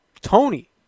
Tony